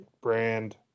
brand